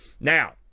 Now